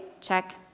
check